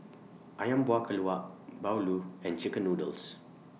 Ayam Buah Keluak Bahulu and Chicken Noodles